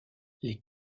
les